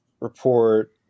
report